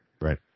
Right